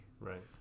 Right